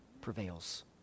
prevails